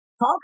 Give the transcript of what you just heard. talk